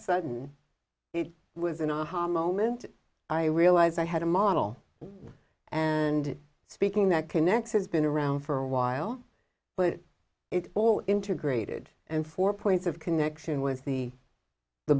sudden it was an aha moment i realized i had a model and speaking that connect has been around for a while but it's all integrated and for points of connection with the the